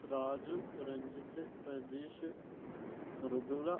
Raju Ranjith Rejeesh Mridula